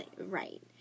Right